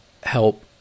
help